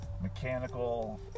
mechanical